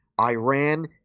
Iran